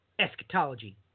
eschatology